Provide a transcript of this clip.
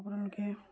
আপোনালকে